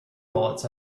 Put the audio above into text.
bullets